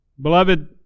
Beloved